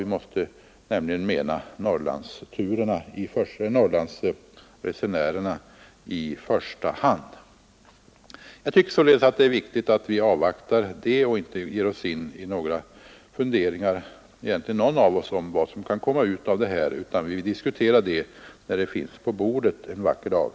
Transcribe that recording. Vi måste nämligen mena Norrlandsresenärerna i första hand. Jag tycker således att det är viktigt att vi avvaktar utredningens resultat och inte ger oss in i några funderingar om vad som kan komma ut av arbetet. Vi får diskutera det när resultatet finns på bordet en vacker dag.